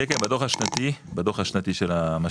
כן כן, בדוח השנתי, הדוח השנתי של המשקיע